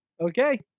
Okay